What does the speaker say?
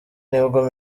nibwo